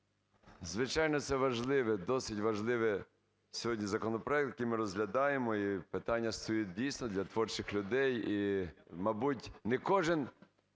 Звичайно, це важливе, досить важливий сьогодні законопроект, який ми розглядаємо. І питання стоїть, дійсно, для творчих людей, і, мабуть, не кожний,